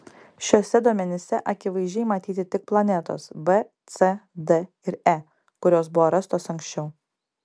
šiuose duomenyse akivaizdžiai matyti tik planetos b c d ir e kurios buvo rastos anksčiau